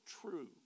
true